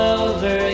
over